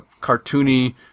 cartoony